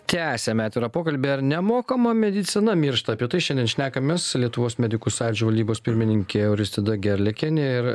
tęsiame atvirą pokalbį ar nemokama medicina miršta apie tai šiandien šnekamės lietuvos medikų sąjūdžio valdybos pirmininkė auristida gerliakienė ir